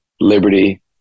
liberty